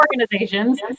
organizations